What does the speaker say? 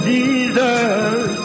Jesus